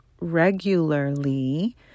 regularly